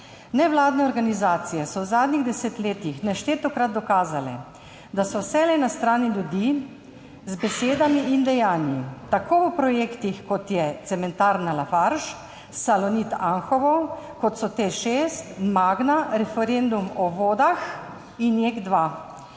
"Nevladne organizacije so v zadnjih desetletjih neštetokrat dokazale, da so vselej na strani ljudi z besedami in dejanji, tako v projektih kot je cementarna Lafarge, Salonit Anhovo, kot so TEŠ šest, Magna, Referendum o vodah in JEK2.